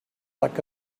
like